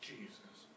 Jesus